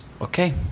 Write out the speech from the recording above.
Okay